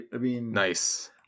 Nice